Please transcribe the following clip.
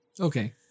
Okay